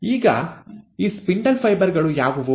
ಈಗ ಈ spindle fibre ಗಳು ಯಾವುವು